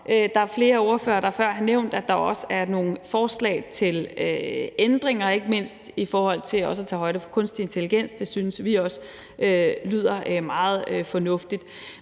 Der er flere ordførere, der har nævnt, at der også er nogle forslag til ændringer, ikke mindst i forhold til også at tage højde for kunstig intelligens, og det synes vi også lyder meget fornuftigt.